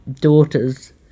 daughters